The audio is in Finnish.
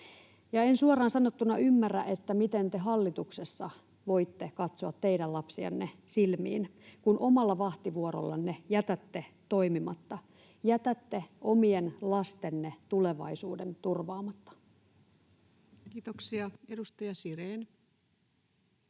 en suoraan sanottuna ymmärrä, miten te hallituksessa voitte katsoa teidän lapsianne silmiin, kun omalla vahtivuorollanne jätätte toimimatta, jätätte omien lastenne tulevaisuuden turvaamatta. [Speech